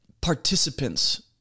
participants